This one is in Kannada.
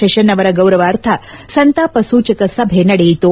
ಶೇಷನ್ ಅವರ ಗೌರವಾರ್ಥ ಸಂತಾಪಸೂಚಕ ಸಭೆ ನಡೆಯಿತು